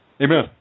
Amen